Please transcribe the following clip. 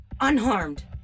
Unharmed